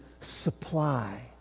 supply